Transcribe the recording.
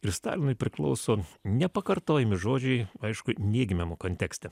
ir stalinui priklauso nepakartojami žodžiai aišku neigiamame kontekste